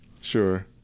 Sure